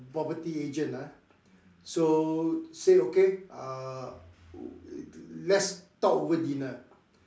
property agent ah so say okay uh let's talk over dinner